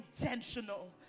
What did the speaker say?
intentional